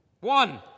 One